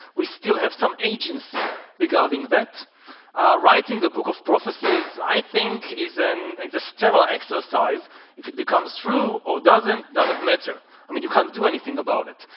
we still have some agency regarding that writing a book of prophecies. i think is an is a sterile exercise if it becomes through or doesn't doesn't matter i mean, you can't do anything about it.